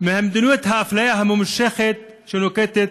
ממדיניות האפליה הממושכת שנוקטות